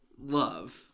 love